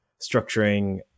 structuring